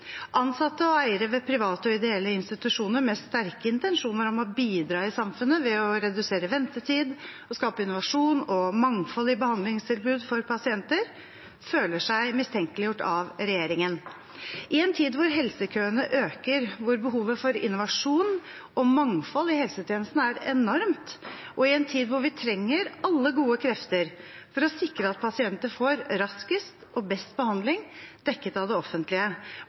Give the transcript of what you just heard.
Ansatte og eiere ved private og ideelle institusjoner, med sterke intensjoner om å bidra i samfunnet ved å redusere ventetid og skape innovasjon og mangfold i behandlingstilbudet for pasienter, føler seg mistenkeliggjort av regjeringen. I en tid hvor helsekøene øker, behovet for innovasjon og mangfold i helsetjenesten er enormt og vi trenger alle gode krefter for å sikre at pasienter får raskest og best behandling dekket av det offentlige,